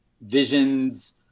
visions